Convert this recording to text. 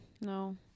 no